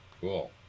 Cool